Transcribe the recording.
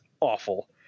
awful